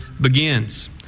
begins